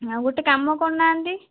ଆଉ ଗୋଟେ କାମ କରୁନାହାନ୍ତି